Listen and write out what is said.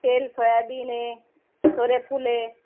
तेल सोयाबीन आहे सुर्यफुल आहे